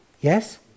Yes